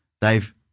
Dave